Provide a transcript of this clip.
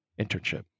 internship